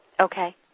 Okay